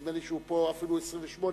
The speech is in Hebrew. נדמה לי שהוא פה אפילו 28 שנים,